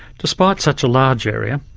despite such a large area,